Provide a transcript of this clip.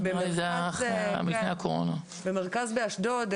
במרכז באשדוד.